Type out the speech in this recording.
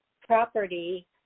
property